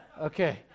Okay